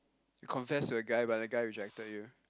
confess to a guy but the guy rejected you